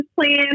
plan